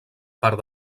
part